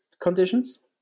conditions